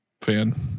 fan